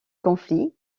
conflits